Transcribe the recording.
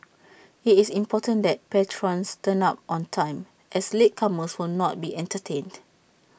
IT is important that patrons turn up on time as latecomers will not be entertained